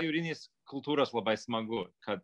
jūrinės kultūros labai smagu kad